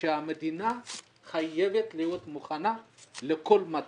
שהמדינה חייבת להיות מוכנה לכל מצב.